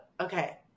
okay